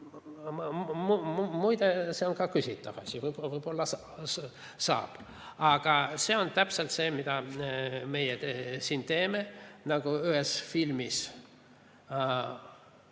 Muide, see on ka küsitav asi, võib-olla saab. Aga see on täpselt see, mida meie siin teeme. Nagu ühes filmis,